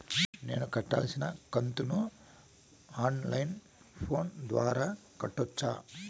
నేను కట్టాల్సిన కంతును ఆన్ లైను ఫోను ద్వారా కట్టొచ్చా?